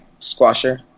squasher